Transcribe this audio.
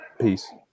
Peace